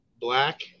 black